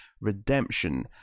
redemption